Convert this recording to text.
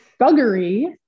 buggery